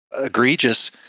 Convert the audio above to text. egregious